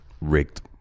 rigged